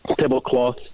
Tablecloth